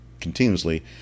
continuously